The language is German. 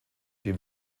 dem